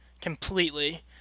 completely